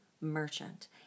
merchant